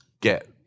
get